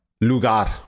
Lugar